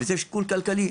יש בזה שיקול כלכלי,